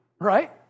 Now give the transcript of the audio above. Right